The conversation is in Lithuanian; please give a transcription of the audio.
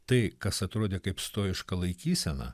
tai kas atrodė kaip stoiška laikysena